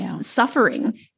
suffering